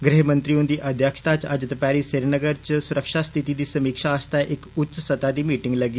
गृहमंत्री हुन्दी अध्यक्षता च अज्ज दपैहरी श्रीनगर च सुरक्षा स्थिति दी समीक्षा आस्तै इक उच्च स्तह दी मीटिंग लग्गी